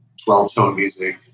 twelve tone music,